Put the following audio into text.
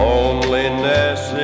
Loneliness